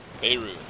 Beirut